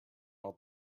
all